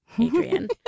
Adrian